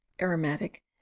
aromatic